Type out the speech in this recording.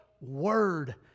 word